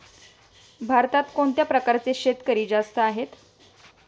भारतात कोणत्या प्रकारचे शेतकरी जास्त आहेत?